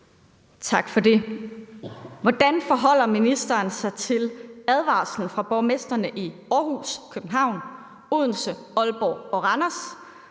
Robsøe (RV): Hvordan forholder ministeren sig til advarslen fra borgmestrene i Aarhus, København, Odense, Aalborg og Randers